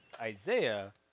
isaiah